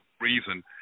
reason